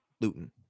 Luton